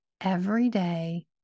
everyday